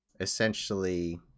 essentially